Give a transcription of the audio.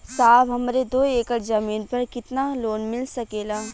साहब हमरे दो एकड़ जमीन पर कितनालोन मिल सकेला?